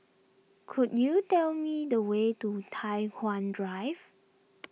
could you tell me the way to Tai Hwan Drive